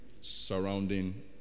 surrounding